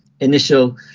Initial